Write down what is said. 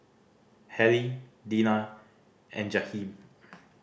Halle Dina and Jahiem